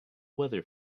weather